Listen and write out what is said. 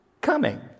coming